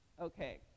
Okay